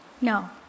no